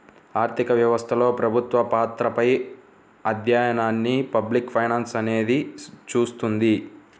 ఆర్థిక వ్యవస్థలో ప్రభుత్వ పాత్రపై అధ్యయనాన్ని పబ్లిక్ ఫైనాన్స్ అనేది చూస్తుంది